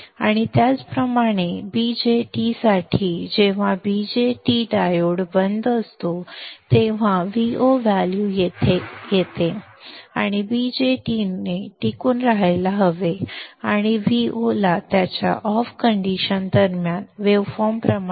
आणि त्याचप्रमाणे BJT साठी जेव्हा BJT डायोड बंद असतो तेव्हा Vo व्हॅल्यू येथे येते आणि BJT ने टिकून राहायला हवे आणि Vo ला त्याच्या ऑफ कंडिशन दरम्यान वेव्हफॉर्म प्रमाणे